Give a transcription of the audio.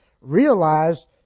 realized